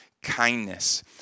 kindness